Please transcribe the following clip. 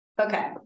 Okay